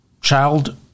child